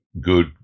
good